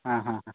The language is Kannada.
ಹಾಂ ಹಾಂ ಹಾಂ